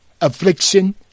affliction